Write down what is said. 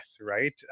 right